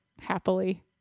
happily